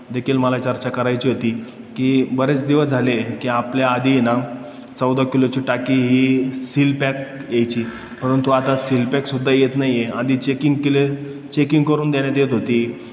देखील मला चर्चा करायची होती की बरेच दिवस झाले की आपल्या आधी आहे ना चौदा किलोची टाकी ही सीलपॅक यायची परंतु आता सीलपॅकसुद्धा येत नाही आहे आधी चेकिंग केले चेकिंग करून देण्यात येत होती